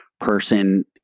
person